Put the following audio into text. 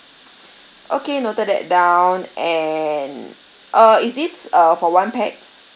okay noted that down and uh is this uh for one pax